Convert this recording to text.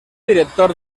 director